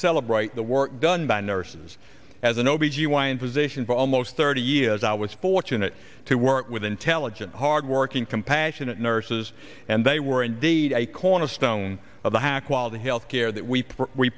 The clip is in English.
celebrate the work done by nurses as an o b g y n physician for almost thirty years i was fortunate to work with intelligent hardworking compassionate nurses and they were indeed a cornerstone of the high quality health care that we